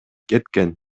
кеткен